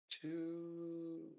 Two